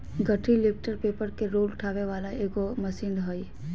गठरी lifter paper के roll उठावे वाला एगो मशीन हइ